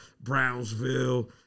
Brownsville